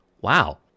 wow